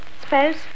Suppose